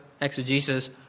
exegesis